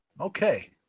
Okay